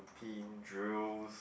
~tine drills